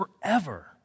forever